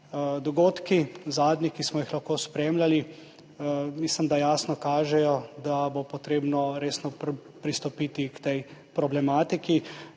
dogodki, ki smo jih lahko spremljali, mislim, da jasno kažejo, da bo potrebno resno pristopiti k tej problematiki.